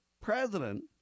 president